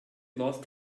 lost